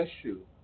issue